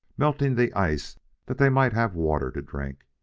melting the ice that they might have water to drink,